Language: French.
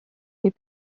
les